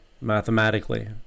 mathematically